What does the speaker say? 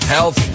Health